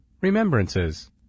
Remembrances